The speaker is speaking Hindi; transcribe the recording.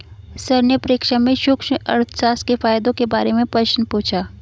सर ने परीक्षा में सूक्ष्म अर्थशास्त्र के फायदों के बारे में प्रश्न पूछा